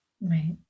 right